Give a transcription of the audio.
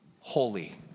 holy